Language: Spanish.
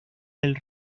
del